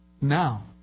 now